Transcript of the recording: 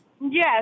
Yes